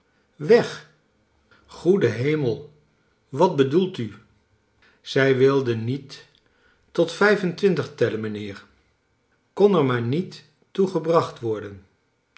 weg i goede hemel wat bedoelt u zrj wilde niet tot vijf en twintig teilen mijnheer kon er maar niet toe gebracht worden